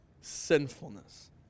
sinfulness